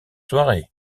soirée